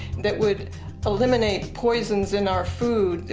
that would eliminate poisons in our food,